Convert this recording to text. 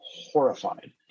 horrified